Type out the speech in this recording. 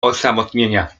osamotnienia